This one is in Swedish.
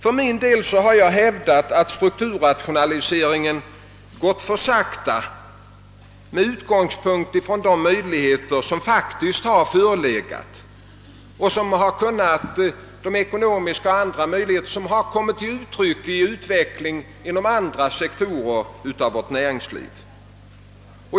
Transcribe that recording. Jag har hävdat att strukturrationaliseringen gått för sakta med utgångspunkt i de ekonomiska och andra möjligheter som har kommit till uttryck i utvecklingen inom andra sektorer av vårt näringsliv.